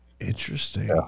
interesting